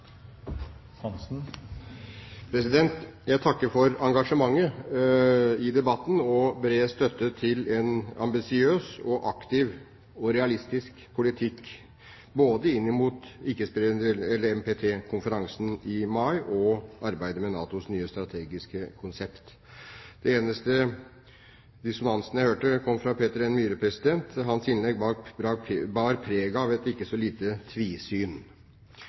Jeg takker for engasjementet i debatten og bred støtte til en ambisiøs, aktiv og realistisk politikk, både inn mot NPT-konferansen i mai og arbeidet med NATOs nye strategiske konsept. Den eneste dissonansen jeg hørte, kom fra Peter N. Myhre. Hans innlegg bar preg av et ikke så lite tvisyn.